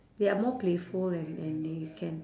they are more playful and and they can